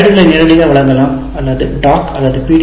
ஸ்லைடுகளை நேரடியாக வழங்கலாம் அல்லது டாக் அல்லது பி